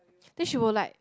then she will like